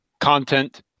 content